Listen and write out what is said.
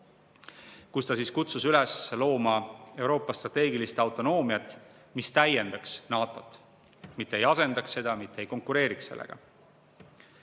kus ta kutsus üles looma Euroopa strateegilist autonoomiat, mis täiendaks NATO-t, mitte ei asendaks seda, mitte ei konkureeriks sellega.